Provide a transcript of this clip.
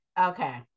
okay